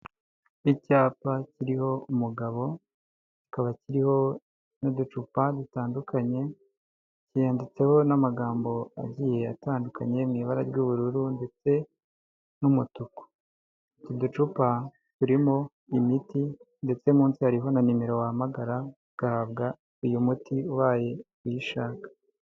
Icyapa kiriho umugabo, kikaba kiriho n'uducupa dutandukanye, kiyanditseho n'amagambo agiye atandukanye, mu ibara ry'ubururu, ndetse n'umutuku, utu ducupa turimo imiti, ndetse munsi hariho na nimero wahamagara, ugahabwa uyu muti ubaye uyishaka.